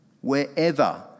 Wherever